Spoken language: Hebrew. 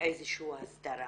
איזושהי הסדרה